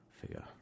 figure